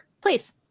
Please